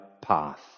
path